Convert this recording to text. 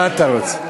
מה אתה רוצה?